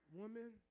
woman